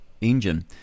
engine